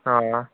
हां